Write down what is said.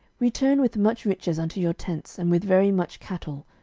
return with much riches unto your tents, and with very much cattle,